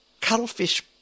cuttlefish